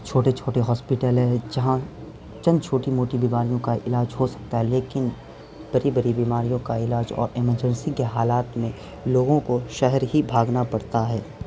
چھوٹے چھوٹے ہاسپٹل ہے جہاں چند چھوٹی موٹی بیماریوں کا علاج ہو سکتا ہے لیکن بڑی بڑی بیماریوں کا علاج اور ایمرجنسی کے حالات میں لوگوں کو شہر ہی بھاگنا پڑتا ہے